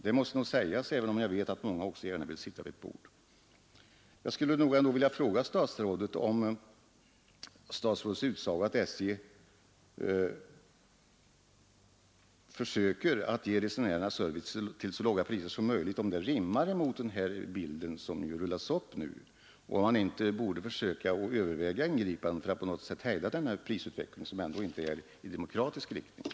Det måste nog sägas, även om jag vet att många också gärna vill sitta vid ett bord. resenärerna service till så låga priser som möjligt — rimmar med den här bilden som nu rullas upp. Borde man inte försöka överväga ingripanden för att på något sätt hejda denna prisutveckling, som ändå inte går i demokratisk riktning?